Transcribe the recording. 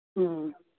ᱦᱮᱸ